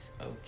Okay